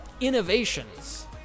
innovations